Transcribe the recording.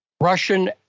Russian